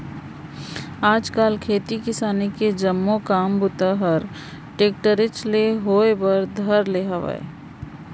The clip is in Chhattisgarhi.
आज काल खेती किसानी के जम्मो काम बूता हर टेक्टरेच ले होए बर धर ले हावय